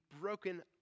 broken